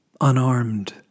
unarmed